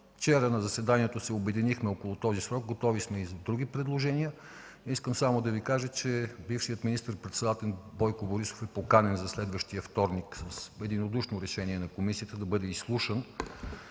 вчера на заседанието се обединихме около този срок. Готови сме и за други предложения. Искам само да Ви кажа, че бившият министър-председател Бойко Борисов е поканен да бъде изслушан следващия вторник с единодушно решение на комисията. Ставаме